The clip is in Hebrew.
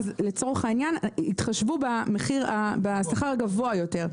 מדייקת יתחשבו בשכר הגבוה יותר.